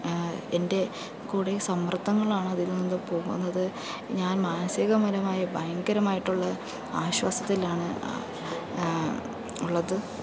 എൻ്റെ കൂടെ സമ്മർദ്ദങ്ങളാണ് അതിൻ്റെയൊപ്പം വന്നത് ഞാൻ മനസികപരമായി ഭയങ്കരമായിട്ടുള്ള ആശ്വാസത്തിലാണ് ഉള്ളത്